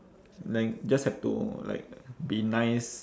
then just have to like be nice